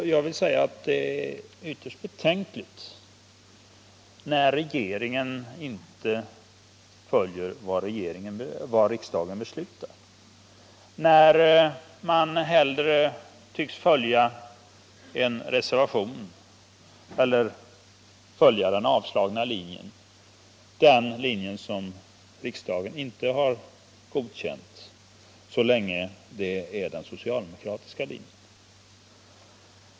Jag finner det ytterst betänkligt att regeringen inte följer vad riksdagen beslutar utan hellre följer en reservation eller en linje som riksdagen inte har godkänt, såvida det inte rör sig om en socialdemokratisk sådan.